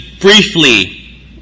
briefly